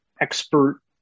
expert